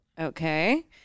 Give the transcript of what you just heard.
okay